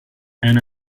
and